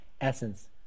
essence